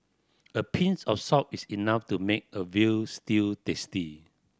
a pinch of salt is enough to make a veal stew tasty